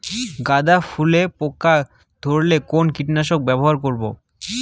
গাদা ফুলে পোকা ধরলে কোন কীটনাশক ব্যবহার করব?